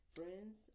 Friends